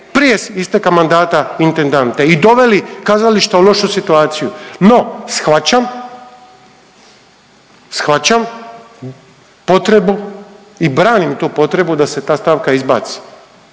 prije isteka mandata intendante i doveli kazališta u lošu situaciju. No shvaćam, shvaćam potrebu i branim tu potrebu da se ta stavka izbaci.